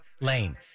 Lane